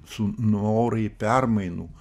su norai permainų